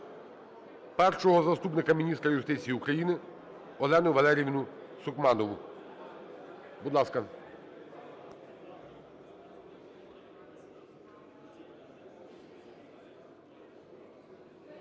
першого заступника міністра юстиції України Олену Валеріївну Сукманову. Будь ласка.